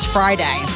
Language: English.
Friday